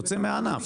יוצא מהענף.